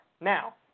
Now